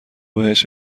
بهش